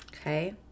Okay